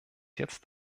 jetzt